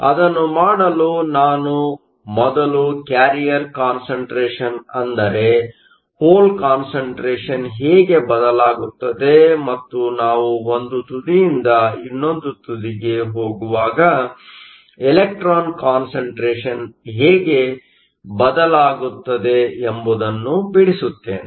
ಅದನ್ನು ಮಾಡಲು ನಾನು ಮೊದಲು ಕ್ಯಾರಿಯರ್ ಕಾನ್ಸಂಟ್ರೇಷನ್Carrier concentration ಅಂದರೆ ಹೋಲ್ ಕಾನ್ಸಂಟ್ರೇಷನ್ ಹೇಗೆ ಬದಲಾಗುತ್ತದೆ ಮತ್ತು ನಾವು ಒಂದು ತುದಿಯಿಂದ ಇನ್ನೊಂದು ತುದಿಗೆ ಹೋಗುವಾಗ ಇಲೆಕ್ಟ್ರಾನ್ ಕಾನ್ಸಂಟ್ರೇಷನ್Electron concentration ಹೇಗೆ ಬದಲಾಗುತ್ತದೆ ಎಂಬುದನ್ನು ಬಿಡಿಸುತ್ತೇನೆ